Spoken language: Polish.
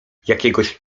jakiegoś